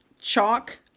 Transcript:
chalk